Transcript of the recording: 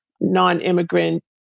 non-immigrant